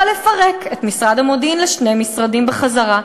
לפרק את משרד המודיעין לשני משרדים בחזרה.